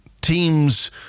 teams